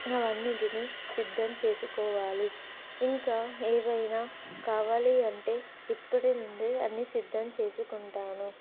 అవన్నిటినీ సిద్ధం చేసుకోవాలి ఇంకా ఏమైనా కావాలి అంటే ఇప్పటి నుండే అన్ని సిద్ధం చేసుకుంటాను